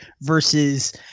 versus